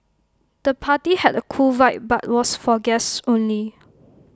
the party had A cool vibe but was for guests only